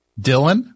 Dylan